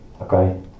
Okay